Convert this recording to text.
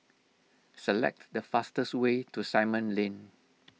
select the fastest way to Simon Lane